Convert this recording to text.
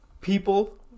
people